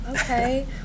Okay